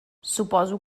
suposo